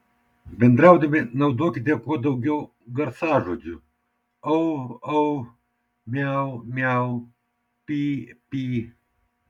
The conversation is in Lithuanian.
bendraudami naudokite kuo daugiau garsažodžių au au miau miau py py